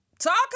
Talk